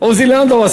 עוזי לנדאו?